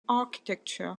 architecture